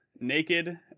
Naked